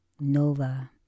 NOVA